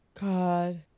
god